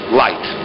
light